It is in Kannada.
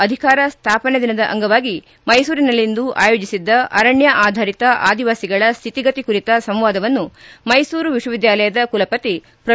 ಅಧಿಕಾರ ಸ್ಥಾಪನೆ ದಿನದ ಅಂಗವಾಗಿ ಮೈಸೂರಿನಲ್ಲಿಂದು ಆಯೋಜಿಸಿದ್ದ ಅರಣ್ಯ ಆಧರಿತ ಆದಿವಾಸಿಗಳ ಸ್ಹಿತಿಗತಿ ಕುರಿತ ಸಂವಾದವನ್ನು ಮೈಸೂರು ವಿಶ್ವವಿದ್ಯಾಲಯದ ಕುಲಪತಿ ಪ್ರೋ